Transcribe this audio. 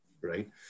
right